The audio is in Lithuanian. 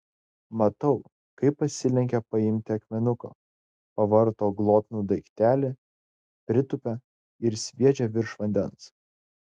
matau kaip pasilenkia paimti akmenuko pavarto glotnų daiktelį pritūpia ir sviedžia virš vandens